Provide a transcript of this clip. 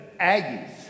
Aggies